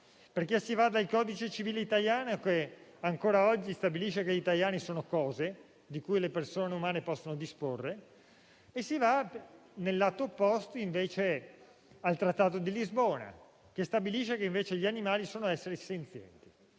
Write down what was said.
Si va dal codice civile italiano, che ancora oggi stabilisce che gli animali sono cose di cui le persone umane possono disporre, fino al lato opposto, al trattato di Lisbona, che stabilisce, invece, che gli animali sono esseri senzienti.